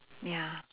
ya